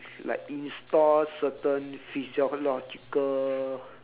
like install certain physiological